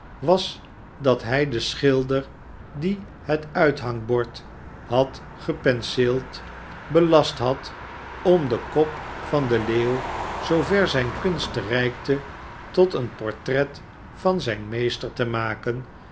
was dat hij den schilder die zijn uithangbord had gepenseeld belast had om den kop van den leeuw zoover zijne kunst reikte tot een portret van zijn meester te maken